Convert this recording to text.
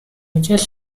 guess